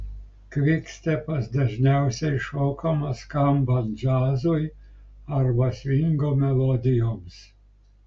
kvikstepas dažniausiai šokamas skambant džiazui arba svingo melodijoms